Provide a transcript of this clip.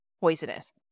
poisonous